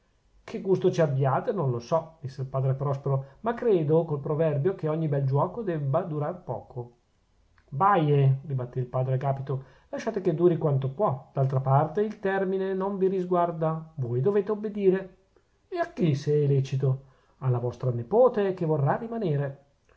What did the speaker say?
che gusto ci abbiate non so disse il padre prospero ma credo col proverbio che ogni bel giuoco debba durar poco baie ribattè il padre agapito lasciate che duri quanto può d'altra parte il termine non vi risguarda voi dovete obbedire e a chi se è lecito alla vostra nepote che vorrà rimanere